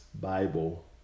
Bible